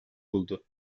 buldu